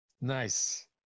Nice